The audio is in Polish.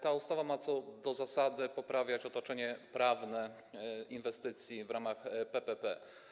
Ta ustawa ma co do zasady poprawiać otoczenie prawne inwestycji w ramach PPP.